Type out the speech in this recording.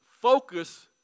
focus